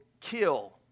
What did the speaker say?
kill